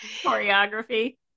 choreography